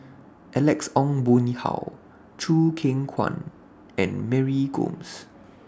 Alex Ong Boon Hau Choo Keng Kwang and Mary Gomes